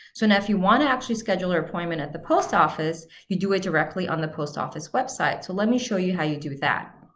so now, if you want to actually schedule your appointment at the post office, you do it directly on the post office website, so let me show you how you do that.